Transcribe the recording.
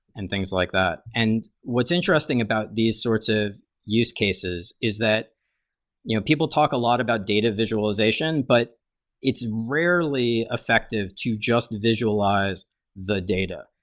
and things like that. and what's interesting interesting about these sorts of use cases is that you know people talk a lot about data visualization, but it's rarely effective to just visualize the data.